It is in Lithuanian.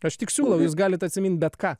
aš tik siūlau jūs galite atsimint bet ką